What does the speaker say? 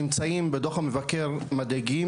הממצאים בדוח המבקר מדאיגים,